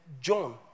John